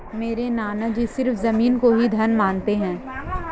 मेरे नाना जी सिर्फ जमीन को ही धन मानते हैं